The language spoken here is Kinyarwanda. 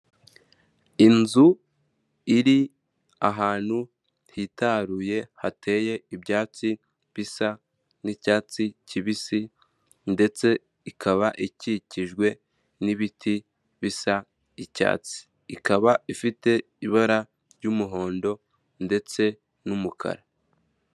Inzu iri ahantu hitaruye, hateye ibyatsi bisa n'icyatsi kibisi ndetse ikaba ikikijwe n'ibiti bisa icyatsi, ikaba ifite ibara ry'umuhondo ndetse n'umukara.